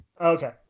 Okay